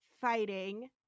fighting